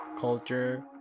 culture